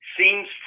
seems